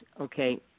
okay